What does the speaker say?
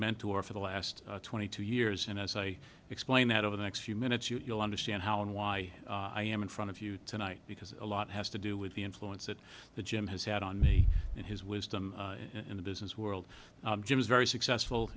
mentor for the last twenty two years and as i explained that over the next few minutes you'll understand how and why i am in front of you tonight because a lot has to do with the influence that the gym has had on me and his wisdom in the business world jim is very successful